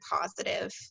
positive